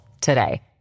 today